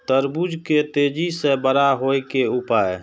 तरबूज के तेजी से बड़ा होय के उपाय?